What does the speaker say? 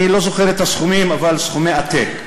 אני לא זוכר את הסכומים, אבל סכומי עתק.